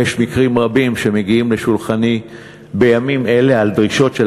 ויש מקרים רבים שמגיעים לשולחני בימים אלה על דרישות של